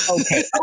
Okay